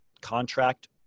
contract